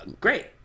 Great